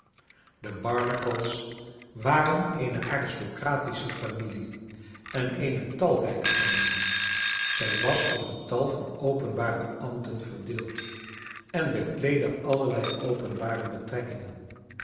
de barnacle's waren eene aristocratische familie en eene talrijke familie zij was over tal van openbare ambten verdeeld en bekleedde allerlei openbare betrekkingen